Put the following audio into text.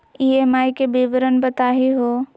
EMI के विवरण बताही हो?